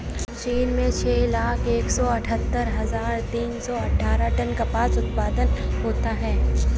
चीन में छह लाख एक सौ अठत्तर हजार तीन सौ अट्ठारह टन कपास उत्पादन होता है